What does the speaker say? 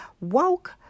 Woke